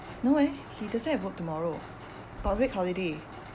no eh he doesn't have work tomorrow public holiday